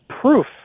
proof